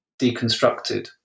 deconstructed